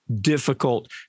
difficult